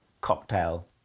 cocktail